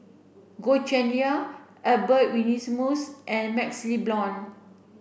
Goh Cheng Liang Albert Winsemius and MaxLe Blond